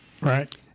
Right